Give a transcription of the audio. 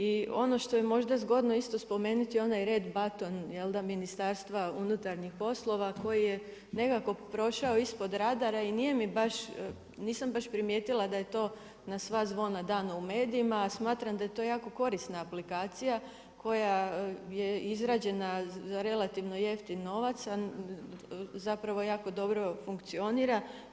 I ono što je možda zgodno isto spomenuti onaj red button Ministarstva unutarnjeg poslova, koji je nekako prošao ispod radara i nije mi baš, nisam baš primijetila da je to na sva zvona dano u medijima, smatram da je to jako korisna aplikacija, koja je izrađena za relativno jeftin novac, a zapravo jako dobro funkcionira.